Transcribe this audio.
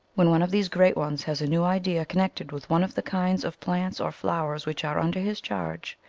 when one of these great ones has a new idea connected with one of the kinds of plants or flowers which are under his charge,